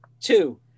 Two